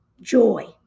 joy